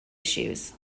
issues